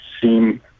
seem